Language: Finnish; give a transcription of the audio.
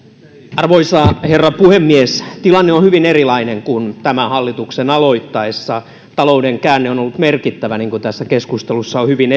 arvoisa herra puhemies tilanne on hyvin erilainen kuin tämän hallituksen aloittaessa talouden käänne on ollut merkittävä niin kuin tässä keskustelussa on hyvin